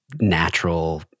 natural